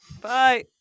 Bye